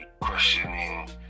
questioning